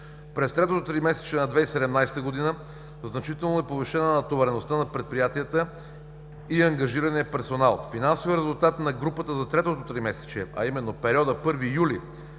През третото тримесечие на 2017 г., значително е повишена натовареността на предприятията и ангажирания персонал. Финансовият резултат на групата за третото тримесечие, а именно в периода 1 юли